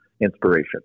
inspiration